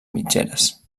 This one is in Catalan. mitgeres